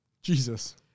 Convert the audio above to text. Jesus